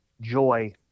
joy